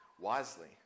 wisely